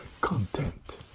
content